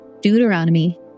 Deuteronomy